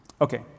Okay